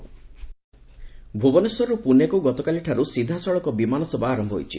ବିମାନ ସେବା ଭୁବନେଶ୍ୱରରୁ ପୁନେକୁ ଗତକାଲିଠାରୁ ସିଧାସଳଖ ବିମାନ ସେବା ଆର ହୋଇଛି